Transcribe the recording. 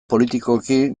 politikoki